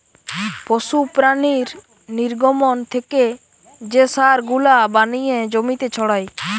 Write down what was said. পশু প্রাণীর নির্গমন থেকে যে সার গুলা বানিয়ে জমিতে ছড়ায়